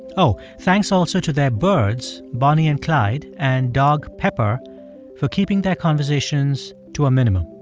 oh, thanks also to their birds, bonnie and clyde, and dog pepper for keeping their conversations to a minimum.